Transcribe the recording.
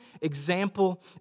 example